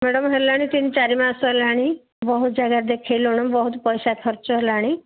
madam ହେଲାଣି ତିନି ଚାରି ମାସ ହେଲାଣି ବହୁତ ଜାଗାରେ ଦେଖାଇଲୁଣି ବହୁତ ପଇସା ଖର୍ଚ୍ଚ ହେଲାଣି